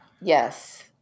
Yes